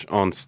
on